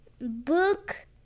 Book